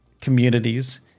communities